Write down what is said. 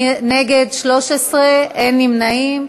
נגד, 13, אין נמנעים.